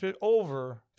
over